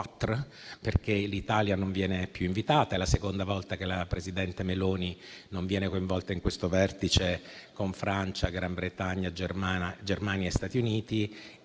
perché l'Italia non viene più invitata: è la seconda volta che la presidente del Consiglio Meloni non viene coinvolta in questo vertice con Francia, Gran Bretagna, Germania e Stati Uniti e